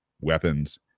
weapons